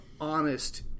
honest